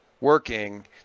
working